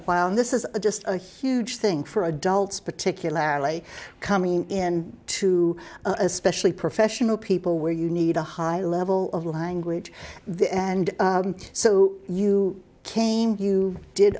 while this is just a huge thing for adults particularly coming in too especially professional people where you need a high level of language and so you came you did